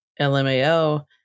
LMAO